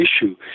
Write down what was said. issue